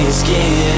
skin